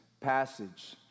passage